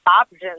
options